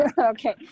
okay